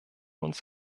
uns